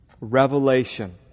revelation